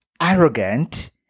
arrogant